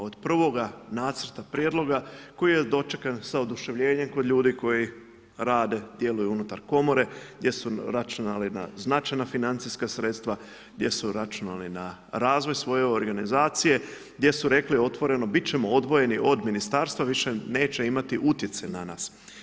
Od prvoga nacrta prijedloga koji je dočekan sa oduševljenjem kod ljudi koji rade, djeluju unutar Komore, gdje su računali na značajna financijska sredstva, gdje su računali na razvoj svoje organizacije, gdje su rekli otvoreno, biti ćemo odvojeni od Ministarstva, više neće imati utjecaj na nas.